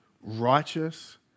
righteous